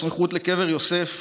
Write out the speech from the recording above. בסמיכות לקבר יוסף,